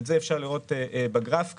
ואת זה אפשר לראות בגרף כאן.